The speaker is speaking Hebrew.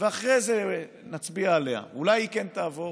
ואחרי זה נצביע עליה, אולי היא כן תעבור.